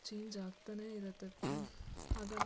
change ಆಗ್ತಾನೇ ಇರುತ್ತೆ ಹಾಗಂತ